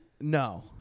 No